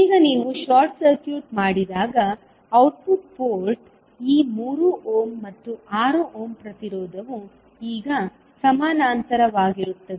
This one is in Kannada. ಈಗ ನೀವು ಶಾರ್ಟ್ ಸರ್ಕ್ಯೂಟ್ ಮಾಡಿದಾಗ ಔಟ್ಪುಟ್ ಪೋರ್ಟ್ ಈ 3 ಓಮ್ ಮತ್ತು 6 ಓಮ್ ಪ್ರತಿರೋಧವು ಈಗ ಸಮಾನಾಂತರವಾಗಿರುತ್ತವೆ